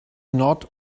not